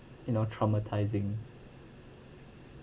you know traumatising